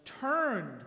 turned